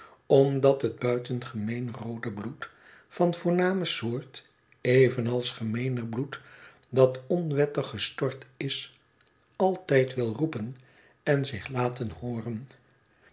omdat het buitengemeen roode bloed van voorname soort evenals gemeener bloed dat onwettig gestort is altijd wil roepen en zich laten hooren